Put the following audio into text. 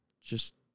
just-